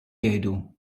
jgħidu